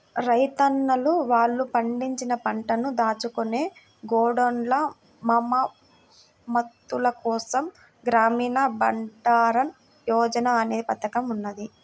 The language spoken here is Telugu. రైతన్నలు వాళ్ళు పండించిన పంటను దాచుకునే గోడౌన్ల మరమ్మత్తుల కోసం గ్రామీణ బండారన్ యోజన అనే పథకం ఉన్నది